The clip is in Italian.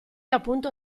appunto